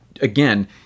again